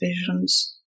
visions